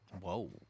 Whoa